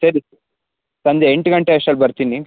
ಸರಿ ಸಂಜೆ ಎಂಟು ಗಂಟೆ ಅಷ್ಟ್ರಲ್ಲಿ ಬರ್ತೀನಿ